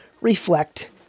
reflect